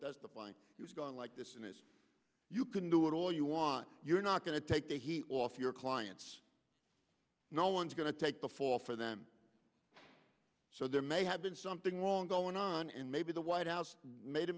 plan he was going like this in his you can do it all you want you're not going to take the heat off your clients no one's going to take the fall for them so there may have been something wrong going on and maybe the white house made a